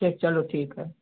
अच्छा चलो ठीक है